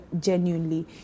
genuinely